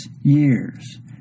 years